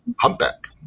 Humpback